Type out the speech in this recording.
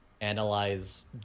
analyze